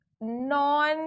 non